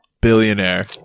Billionaire